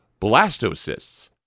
blastocysts